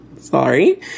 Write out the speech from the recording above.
sorry